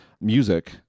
music